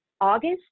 August